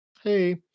Hey